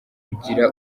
ugira